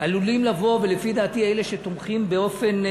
עלולים לבוא אלה שלדעתי תומכים באופן,